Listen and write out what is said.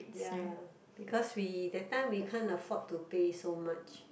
ya because we that time we can't afford to pay so much